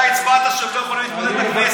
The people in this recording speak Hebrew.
אתה הצבעת שהם לא יכולים להתמודד לכנסת.